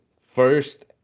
first